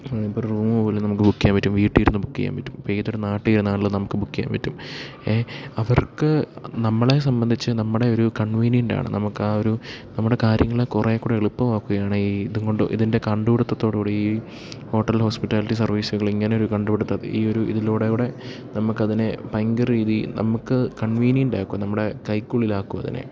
ഇപ്പോള് റൂം പോലും നമുക്ക് ബുക്ക് ചെയ്യാൻ പറ്റും വീട്ടിലിരുന്ന് ബുക്ക് ചെയ്യാൻ പറ്റും ഇപ്പോള് ഏതൊരു നാട്ടിലിരുന്നാലും നമുക്ക് ബുക്ക് ചെയ്യാൻ പറ്റും അവർക്ക് നമ്മളെ സംബന്ധിച്ച് നമ്മുടെ ഒരു കൺവീനിയൻസ് ആണ് നമുക്ക് ആ ഒരു നമ്മുടെ കാര്യങ്ങളെ കുറെക്കൂടെ എളുപ്പമാക്കുകയാണ് ഈ ഇതും കൊണ്ട് ഇതിൻ്റെ കണ്ടുപിടിത്തോടുകൂടി ഈ ഹോട്ടൽ ഹോസ്പിറ്റാലിറ്റി സർവീസുകള് ഇങ്ങനെയൊരു കണ്ടുപിടുത്തമൊക്കെ ഈ ഒരു ഇതില്ക്കൂടെ നമുക്കതിനെ ഭയങ്കരമൊരു നമുക്ക് കൺവീനിയൻറ്റാക്കുകയാണ് നമ്മുടെ കൈക്കുള്ളിലാക്കുകയാണ് അതിനെ